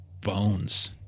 bones